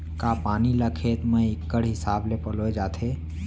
का पानी ला खेत म इक्कड़ हिसाब से पलोय जाथे?